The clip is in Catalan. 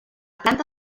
planta